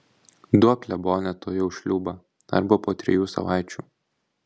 duok klebone tuojau šliūbą arba po trijų savaičių